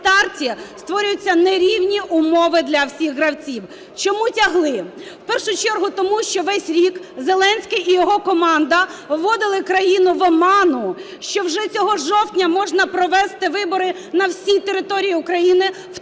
на старті створюються нерівні умови для всіх гравців. Чому тягли? В першу чергу тому, що весь рік Зеленський і його команда вводили країну в оману, що вже цього жовтня можна провести вибори на всій території України, в тому